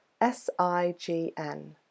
S-I-G-N